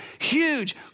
huge